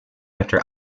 after